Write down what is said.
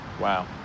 Wow